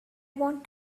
want